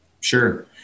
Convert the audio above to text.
Sure